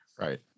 right